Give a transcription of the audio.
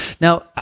Now